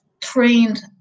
trained